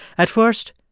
at first,